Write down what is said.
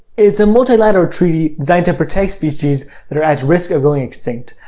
it's a multilateral treaty designed to protect species that are at risk of going extinct.